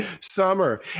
summer